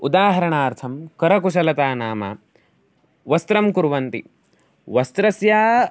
उदाहरणार्थं करकुशलता नाम वस्त्रं कुर्वन्ति वस्त्रस्य